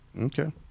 Okay